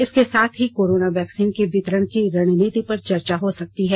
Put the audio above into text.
इसके साथ ही कोरोना वैक्सीन के वितरण की रणनीति पर चर्चा हो सकती है